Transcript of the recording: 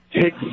take